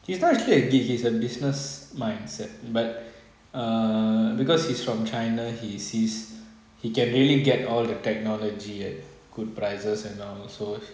he's not actually a geek he's a business mindset but err because he's from china he insists he can only get all the technology at good prices and all so